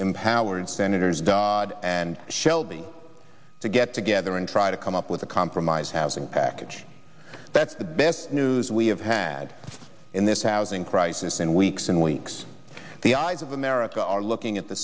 empowered senators dodd and shelby to get together and try to come up with a compromise has a package that's the best news we have had in this housing crisis in weeks and weeks the eyes of america are looking at the